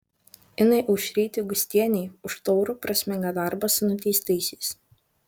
inai aušrytei gustienei už taurų prasmingą darbą su nuteistaisiais